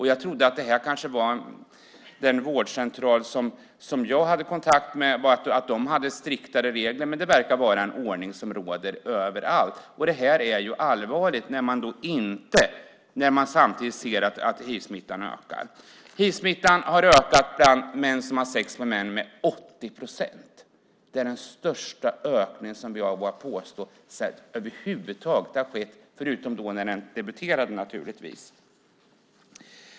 Jag trodde att den vårdcentral som jag hade kontakt med kanske hade striktare regler, men det verkar vara en ordning som råder överallt. Detta är allvarligt, eftersom hivsmittan samtidigt ökar. Hivsmittan har ökat med 80 procent bland män som har sex med män. Det är den största ökning som över huvud taget har skett, vågar jag påstå, förutom när den debuterade naturligtvis.